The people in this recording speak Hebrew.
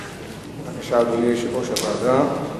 בבקשה, אדוני יושב-ראש הוועדה.